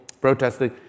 protesting